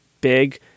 big